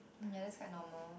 ya that's quite normal